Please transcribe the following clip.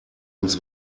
ins